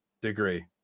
degree